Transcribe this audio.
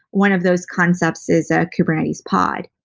one of those concepts is a kubernetes pod.